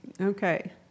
Okay